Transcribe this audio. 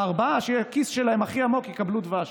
הארבעה שהכיס שלהם הכי עמוק יקבלו דבש.